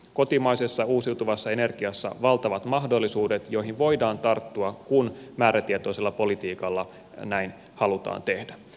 kotimaisessa uusiutuvassa energiassa on valtavat mahdollisuudet joihin voidaan tarttua kun määrätietoisella politiikalla näin halutaan tehdä